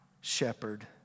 shepherd